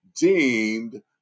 deemed